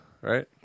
right